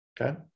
Okay